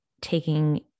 taking